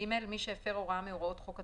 (ג) מי שהפר הוראה מהוראות חוק התקנים,